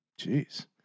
Jeez